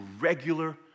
regular